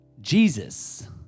Jesus